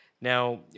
Now